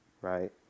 right